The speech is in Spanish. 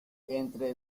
entre